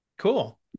Cool